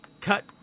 Cut